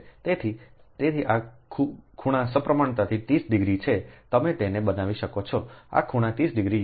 તેથી તેથી આ ખૂણો સપ્રમાણતાથી 30 ડિગ્રી છે તમે તેને બનાવી શકો છો આ ખૂણો 30 ડિગ્રી યોગ્ય છે